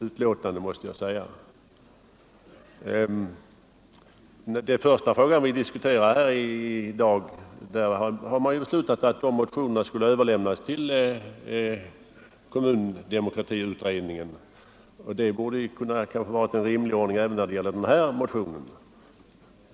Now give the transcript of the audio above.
I samband med dagens diskussion om den kommunala demokratin beslöt vi att motionerna i frågan skulle överlämnas till kommundemokratiutredningen, och det borde vara rimligt även när det gäller denna motion.